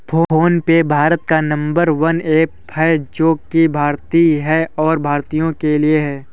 phone पे भारत का number one app है जो की भारतीय है और भारतीयों के लिए है